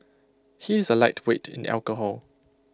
he is A lightweight in alcohol